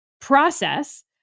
process